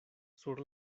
sur